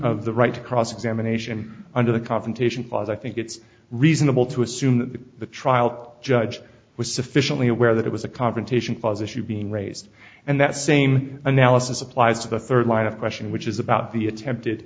of the right to cross examination under the confrontation clause i think it's reasonable to assume that the trial judge was sufficiently aware that it was a confrontation clause issue being raised and that same analysis applies to the third line of question which is about the attempted